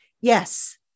Yes